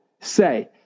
say